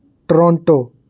Toronto